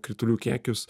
kritulių kiekius